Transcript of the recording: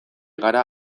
gara